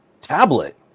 tablet